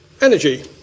energy